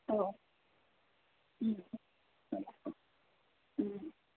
अ